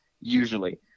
usually